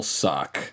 suck